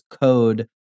code